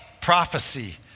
prophecy